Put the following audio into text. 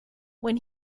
when